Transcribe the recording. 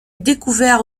découverts